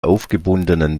aufgebundenen